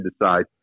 decide